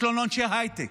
יש לנו אנשי הייטק,